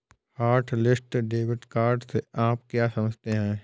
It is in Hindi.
हॉटलिस्ट डेबिट कार्ड से आप क्या समझते हैं?